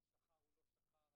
השכר הוא לא שכר,